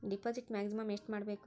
Deposit maximum ಎಷ್ಟು ಮಾಡಬೇಕು?